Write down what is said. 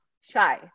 shy